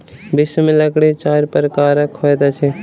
विश्व में लकड़ी चाइर प्रकारक होइत अछि